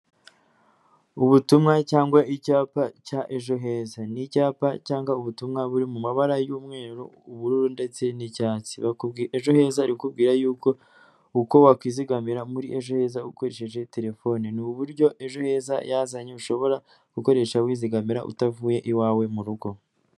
Ubutumwa cyangwa icyapa cya ejo heza, ni icyapa cyangwa ubutumwa buri mu mabara y'umweru, ubururu ndetse n'icyatsi. Ejo heza barikubwira yuko uko wakwizigamira muri ejo hereza ukoresheje telefone, ni uburyo ejo heza yazanye ushobora gukoresha wizigamira utavuye iwawe mu rugo.